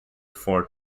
four